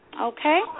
Okay